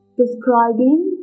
describing